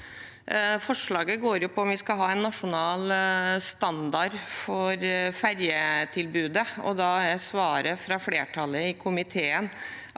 Forslaget går på om vi skal ha en nasjonal standard for ferjetilbudet, og da er svaret fra flertallet i komiteen